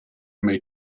may